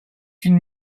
une